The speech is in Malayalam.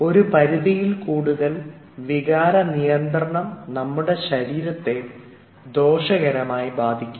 ഒരു പരിധിയിൽ കൂടുതൽ വികാരനിയന്ത്രണം നമ്മുടെ ശരീരത്തെ ദോഷകരമായി ബാധിക്കും